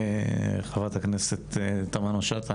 חברת הכנסת תמנו שטה,